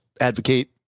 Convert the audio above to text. advocate